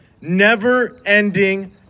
never-ending